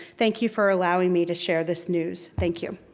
thank you for allowing me to share this news. thank you.